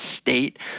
state